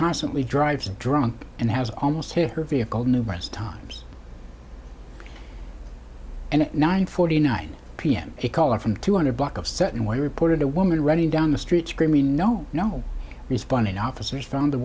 constantly drives drunk and has almost hit her vehicle numerous times and at nine forty nine pm a caller from two hundred block of certain way reported a woman running down the street screaming no no responding officers found the